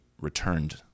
returned